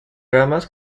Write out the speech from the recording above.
ramas